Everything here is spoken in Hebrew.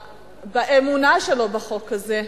באמונה שלו בחוק הזה,